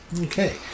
Okay